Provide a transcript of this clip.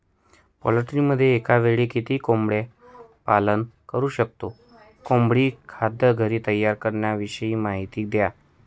पोल्ट्रीमध्ये एकावेळी किती कोंबडी पालन करु शकतो? कोंबडी खाद्य घरी तयार करण्याविषयी माहिती द्या